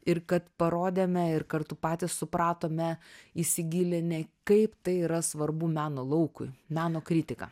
ir kad parodėme ir kartu patys supratome įsigilinę kaip tai yra svarbu meno laukui meno kritika